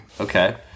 Okay